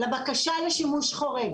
לבקשה לשימוש חורג,